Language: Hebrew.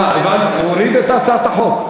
אזולאי, הוא הוריד את הצעת החוק?